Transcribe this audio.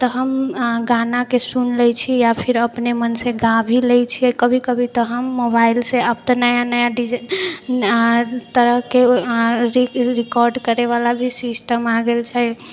तऽ हम गानाके सुनि लै छी या फिर अपने मनसँ गा भी लै छिए कभी कभी तऽ हम मोबाइलसँ अब तऽ नया नया डी जे तरहके रिकॉर्ड करैवला भी सिस्टम आबि गेल छै